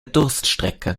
durststrecke